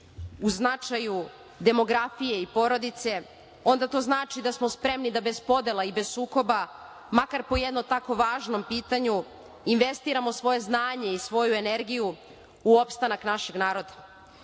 u značaju demografije i porodice, onda to znači da smo spremni da bez podela i bez sukoba makar po jednom tako važnom pitanju investiramo svoje znanje i svoju energiju u opstanak našeg naroda.